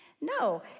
No